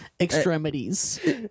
extremities